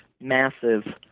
massive